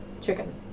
chicken